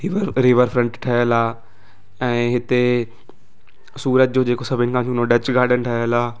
river river front ठहियलु आहे ऐं हिते सूरत जो जेको सभिनी खां झूनो डच गार्डन ठहियलु आहे